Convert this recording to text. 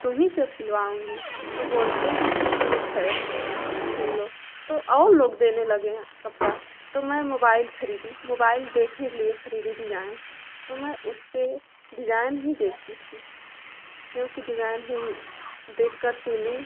तुम्हीं से अब सिलवाऊँगी तो बोलते हैं की ठीक है सिलों तो और लोग देने लगे हैं कपड़ा तो मैं मोबाईल खरीदी मोबाईल देखने के लिए खरीदी डिजाइन तो मैं उसपे डिजाइन ही देखती थी क्योंकि डिजाइन ही देख कर सिली